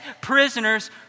prisoners